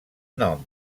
nom